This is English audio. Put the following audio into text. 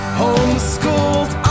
homeschooled